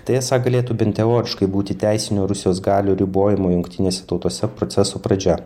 tai esą galėtų bent teoriškai būti teisinių rusijos galių ribojimo jungtinėse tautose proceso pradžia